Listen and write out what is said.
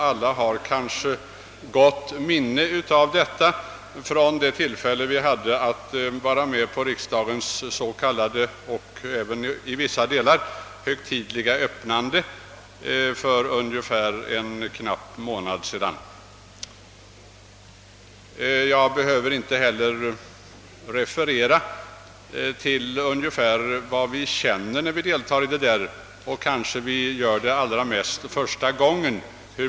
Alla har det väl i gott minne från det tillfälle då vi var med om riksdagens s.k. och i vissa delar verkligen också högtidliga öppnande för en knapp månad sedan. Jag behöver inte heller referera till hur vi reagerar när vi deltar i denna högtid, kanske alldeles särskilt första gången.